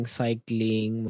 cycling